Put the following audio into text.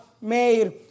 made